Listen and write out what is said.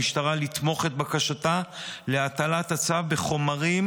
על המשטרה לתמוך את בקשתה להטלת הצו בחומרים